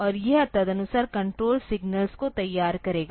और यह तदनुसार कण्ट्रोल सिग्नल्स को तैयार करेगा